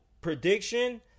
prediction